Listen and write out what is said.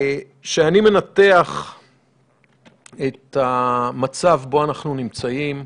כשאני מנתח את המצב שבו אנחנו נמצאים,